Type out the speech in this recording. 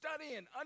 studying